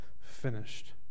finished